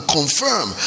confirm